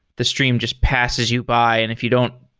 the stream just passes you by. and if you don't,